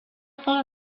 full